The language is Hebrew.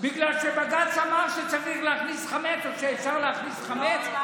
בגלל שבג"ץ אמר שצריך להכניס חמץ או שאפשר להכניס חמץ,